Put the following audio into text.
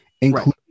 including